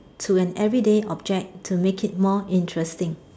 to an everyday object to make it more interesting